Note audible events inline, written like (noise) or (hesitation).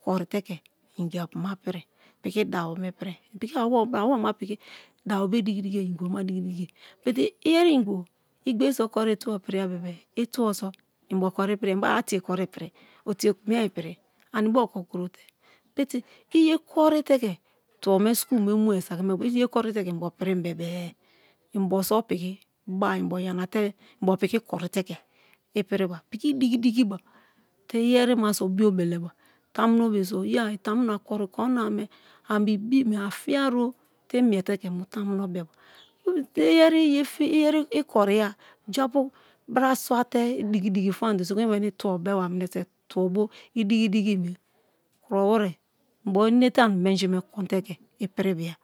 Korite ke ingiapu ma pirie piki dabome pirie piki awome piki dabo be diki dikie but iyeri ni gibo i gbereso kori itubo piriya bebe-e itobo so inbo kori ipiriyua i beba a tie kori ipiri otie mii ipiribani bo oko kote (hesitation) iyekorite ke tobo me school me mue saki i ye kori te ke inbo pirim bebe-e inbo so piki ba-a inbo yanate inbo piki korite ke ipiriba piki idiki dikiba te iyenaso bio beleba tamunobe so yaa itamu no a kori koriname ani be ibi me a fiero te imiete ke mu tamuno beba (hesitation) iyeri i koria japu braswate diki famate sokuma i memi tubo beba mineso tubo bo idiki-diki me kurowere inbo inete ani menji konte ke ipiribia